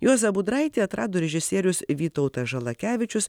juozą budraitį atrado režisierius vytautas žalakevičius